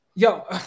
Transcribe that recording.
Yo